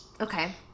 Okay